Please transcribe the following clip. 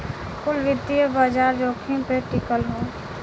कुल वित्तीय बाजार जोखिम पे टिकल हौ